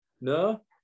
No